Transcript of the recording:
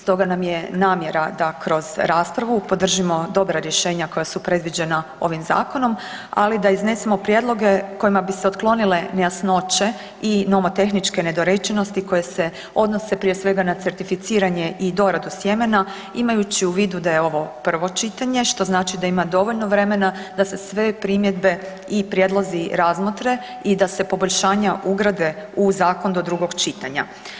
Stoga nam je namjera da kroz raspravu podržimo dobra rješenja koja su predviđena ovim zakonom, ali da iznesemo prijedloge kojima bi se otklonile nejasnoće i nomotehničke nedorečenosti koje se odnose prije svega na certificiranje i doradu sjemena imajući u vidu da je ovo prvo čitanje, što znači da ima dovoljno vremena da za sve primjedbe i prijedlozi razmotre i da se poboljšanja ugrade u zakon do drugog čitanja.